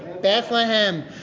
Bethlehem